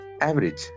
average